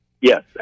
Yes